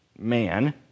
Man